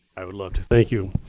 i would love to. thank you.